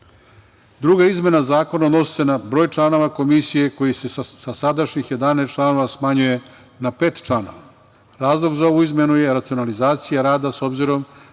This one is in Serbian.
izmena zakona odnosi se na broj članova Komisije koji se sa sadašnjih 11 članova smanjuje na pet članova. Razlog za ovu izmenu je racionalizacija rada, s obzirom